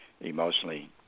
emotionally